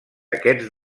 aquests